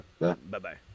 Bye-bye